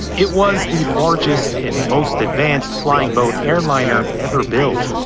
it was the largest and most advanced flying boat airliner ever built.